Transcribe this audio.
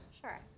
Sure